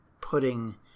putting